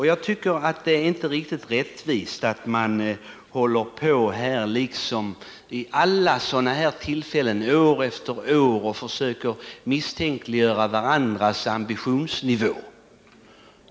Jag tycker att det inte är riktigt rättvist att man vid alla sådana här tillfällen, år efter år, försöker misstänkliggöra varandras ambitionsnivå.